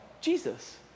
Jesus